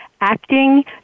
acting